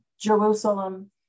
Jerusalem